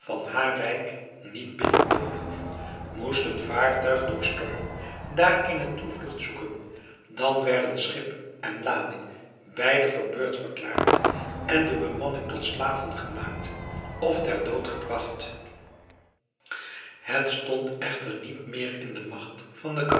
van haar rijk niet binnenloopen moest een vaartuig door storm daar eene toevlugt zoeken dan werden schip en lading beide verbeurd verklaard en de bemanning tot slaven gemaakt of ter dood gebragt het stond echter niet meer in de magt van den